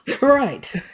right